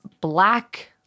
Black